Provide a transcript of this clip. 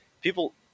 people